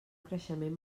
creixement